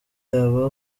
yaba